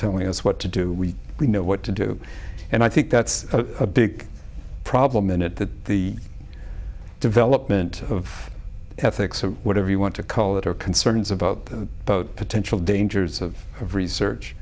telling us what to do we know what to do and i think that's a big problem in it that the development of ethics or whatever you want to call it or concerns about the boat potential dangers of of